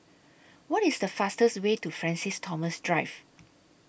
What IS The fastest Way to Francis Thomas Drive